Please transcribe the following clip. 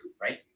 right